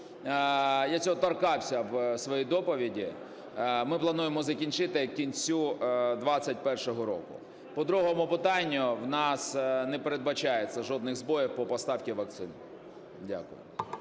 я цього торкався в своїй доповіді, ми плануємо закінчити в кінці 2021 року. По другому питанню. В нас не передбачається жодних збоїв по поставці вакцин. Дякую.